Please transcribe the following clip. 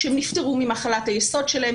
שהם נפטרו ממחלת היסוד שלהם,